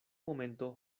momento